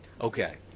Okay